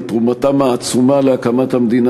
על תרומתם העצומה להקמת המדינה,